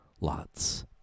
lots